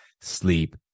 sleep